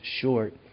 short